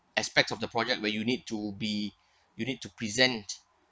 aspects of the project where you need to be you need to present